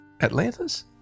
Atlantis